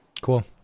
Cool